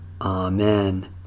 Amen